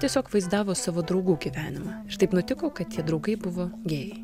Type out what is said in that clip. tiesiog vaizdavo savo draugų gyvenimą ir taip nutiko kad tie draugai buvo gėjai